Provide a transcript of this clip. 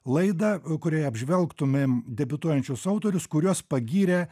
laidą kurioje apžvelgtumėm debiutuojančius autorius kuriuos pagyrė